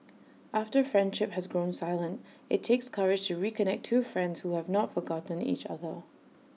after friendship has grown silent IT takes courage to reconnect two friends who have not forgotten each other